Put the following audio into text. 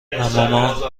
امامن